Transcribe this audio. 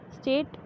state